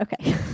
Okay